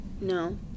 No